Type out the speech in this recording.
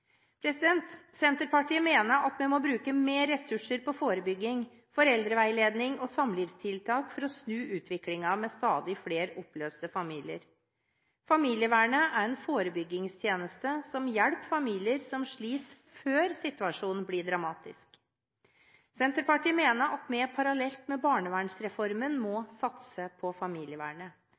Senterpartiet mener at vi må bruke mer ressurser på forebygging, foreldreveiledning og samlivstiltak for å snu utviklingen med stadig flere oppløste familier. Familievernet er en forebyggingstjeneste som hjelper familier som sliter, før situasjonen blir dramatisk. Senterpartiet mener at vi parallelt med barnevernsreformen må satse på familievernet.